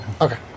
Okay